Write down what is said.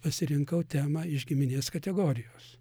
pasirinkau temą iš giminės kategorijos